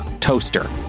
toaster